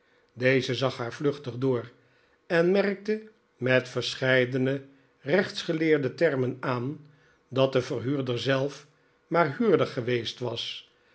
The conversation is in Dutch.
deze zag haar vluchtig door en merkte met verscheidene rechtsgeleerde termen aan dat de verhuurder zelf maar huurder geweest was